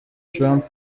trump